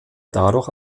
dadurch